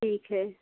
ठीक है